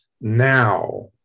now